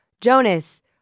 jonas